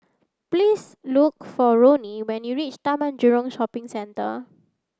please look for Roni when you reach Taman Jurong Shopping Centre